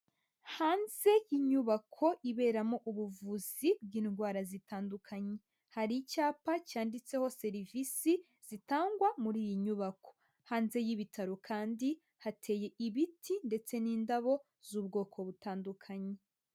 Hanze h'inyubako iberamo ubuvuzi bw'indwara zitandukanye, hari icyapa cyanditseho serivisi zitangwa muri iyi nyubako, hanze y'ibitaro kandi hateye ibiti ndetse n'indabo z'ubwoko butandukanye.